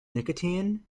nicotine